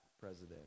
president